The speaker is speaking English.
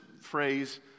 phrase